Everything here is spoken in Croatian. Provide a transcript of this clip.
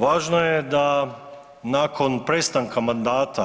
Važno je da nakon prestanka mandata